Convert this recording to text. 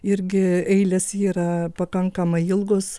irgi eilės yra pakankamai ilgos